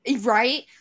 Right